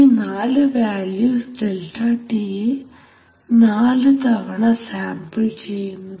ഈ 4 values delta ടിയെ 4 തവണ സാമ്പിൾ ചെയ്യുന്നതാണ്